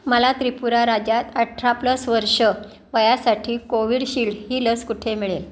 मला त्रिपुरा राज्यात अठरा प्लस वर्षं वयासाठी कोविडशिल्ड ही लस कुठे मिळेल